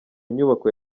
nyubako